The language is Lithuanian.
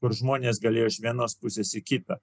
kur žmonės galėjo iš vienos pusės į kitą